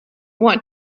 want